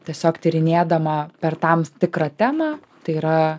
tiesiog tyrinėdama per tam tikrą temą tai yra